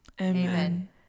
Amen